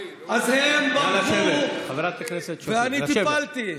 אז הם ברחו ואני טיפלתי.